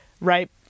right